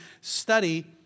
study